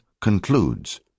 concludes